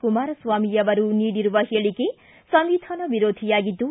ಕುಮಾರಸ್ವಾಮಿ ಅವರು ನೀಡಿರುವ ಹೇಳಿಕೆ ಸಂವಿಧಾನ ವಿರೋಧಿಯಾಗಿದ್ದು